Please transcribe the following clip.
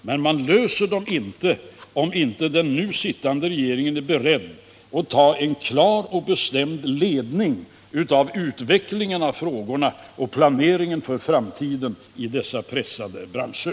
Men man löser dem inte, om inte den nu sittande regeringen är beredd att ta en klar och bestämd ledning av utvecklingen av frågorna och planeringen för framtiden i pressade branscher.